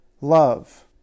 love